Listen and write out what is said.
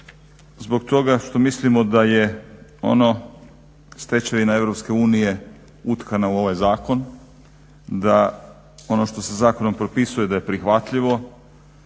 Zbog toga što mislimo da je ono stečevina EU utkana u ovaj zakon, da ono što se zakonom propisuje da je prihvatljivo,